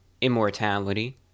immortality